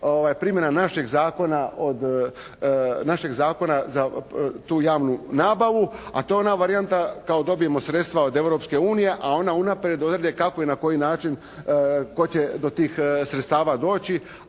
primjena našeg zakona za tu javnu nabavu. A to je ona varijanta kao, dobijemo sredstva od Europske unije a ona unaprijed odrede kako i na koji način, tko će do tih sredstava doći,